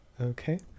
Okay